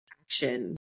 action